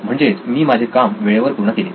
म्हणजेच मी माझे काम वेळेवर पूर्ण केले